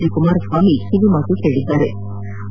D Kumaraswamy ಕಿವಿಮಾತು ಹೇಳದ್ದಾರೆ